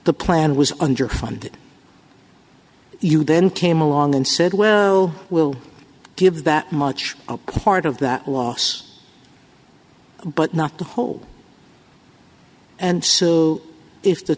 the plan was underfunded you then came along and said well we'll give that much a part of that loss but not the whole and so if the